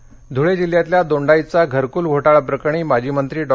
घुळे धूळे जिल्ह्यातल्या दोंडाईचा घरकूल घोटाळा प्रकरणी माजी मंत्री डॉ